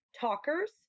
talkers